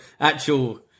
actual